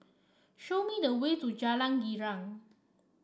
show me the way to Jalan Girang